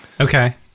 Okay